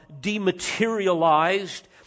dematerialized